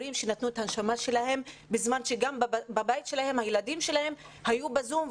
והמורות שנתנו את הנשמה שלהם בזמן שגם בבית שלהם הילדים שלהם היו בזום,